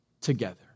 together